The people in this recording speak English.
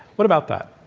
what about that?